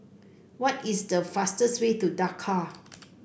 what is the fastest way to Dakar